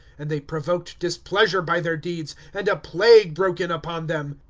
and they provoked displeasure by their deeds, and a plague broke in upon them.